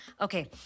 Okay